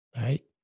Right